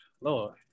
Lord